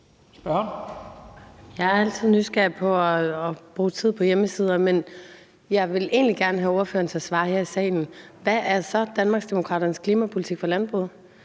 Jeg er altid nysgerrig på at bruge tid på hjemmesider, men jeg vil egentlig gerne have ordføreren til at svare her i salen: Hvad er Danmarksdemokraternes klimapolitik for landbruget?